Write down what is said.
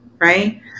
right